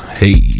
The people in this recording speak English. hey